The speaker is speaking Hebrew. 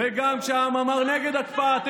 וגם כשהעם אמר נגד הקפאה,